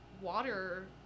water